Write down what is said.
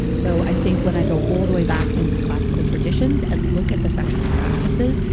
so i think when i go all the way back into the classical traditions and look at the sexual practices,